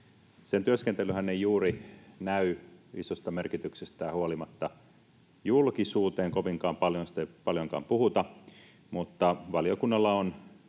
Sen työskentelyhän ei juuri näy isosta merkityksestään huolimatta julkisuuteen kovinkaan paljon, ja siitä ei paljonkaan puhuta, mutta valiokunnalla on